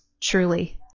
truly